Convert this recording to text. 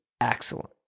excellent